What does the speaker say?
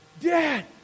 Dad